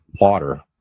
water